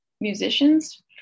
musicians